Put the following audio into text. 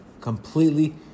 completely